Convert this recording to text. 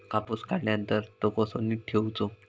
कापूस काढल्यानंतर तो कसो नीट ठेवूचो?